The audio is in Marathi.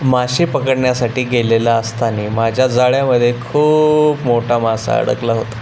मासे पकडण्यासाठी गेलेलो असताना माझ्या जाळ्यामध्ये खूप मोठा मासा अडकला होता